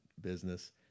business